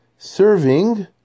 serving